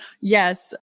yes